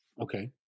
Okay